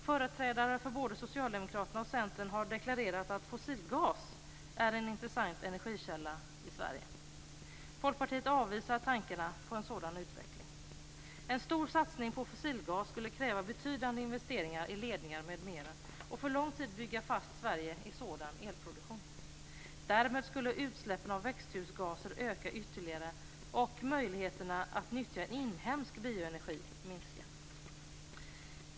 Företrädare för både Socialdemokraterna och Centern har deklarerat att fossilgas är en intressant energikälla i Sverige. Folkpartiet avvisar tankarna på en sådan utveckling. En stor satsning på fossilgas skulle kräva betydande investeringar i ledningar m.m. och för lång tid bygga fast Sverige i sådan elproduktion. Därmed skulle utsläppen av växthusgaser öka ytterligare och möjligheterna att nyttja inhemsk bioenergi starkt minska.